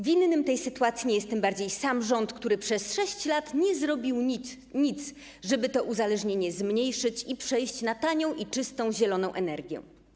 Winnym tej sytuacji nie jest tym bardziej sam rząd, który przez 6 lat nie zrobił nic, żeby to uzależnienie zmniejszyć i przejść na tanią i czystą zieloną energię.